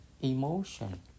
emotion